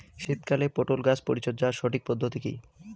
শীতকালে পটল গাছ পরিচর্যার সঠিক পদ্ধতি কী?